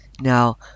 Now